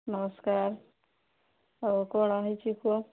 ନମସ୍କାର ହଉ କ'ଣ ହୋଇଚି କୁହ